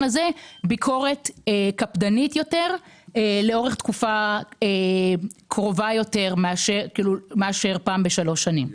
הזה ביקורת קפדנית יותר לאורך תקופה קרובה יותר מאשר פעם בשלוש שנים.